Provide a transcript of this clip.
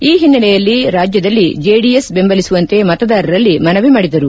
ಈ ಹಿನ್ನಲೆಯಲ್ಲಿ ರಾಜ್ಲದಲ್ಲಿ ಜೆಡಿಎಸ್ ಬೆಂಬಲಿಸುವಂತೆ ಮತದಾರರಲ್ಲಿ ಮನವಿ ಮಾಡಿದರು